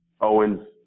Owens